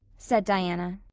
said diana.